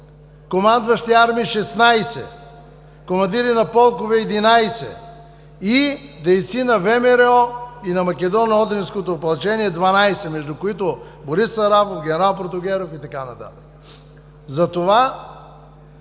командващи армии – 16, командири на полкове – 11 и дейци на ВМРО и на Македоно-одринското опълчение – 12, между които Борис Арабов, ген. Протогеров и така нататък. Затова